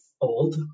old